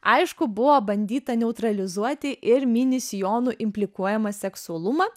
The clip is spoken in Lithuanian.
aišku buvo bandyta neutralizuoti ir mini sijonų implikuojamą seksualumą